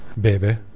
Baby